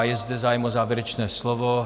Je zde zájem o závěrečné slovo.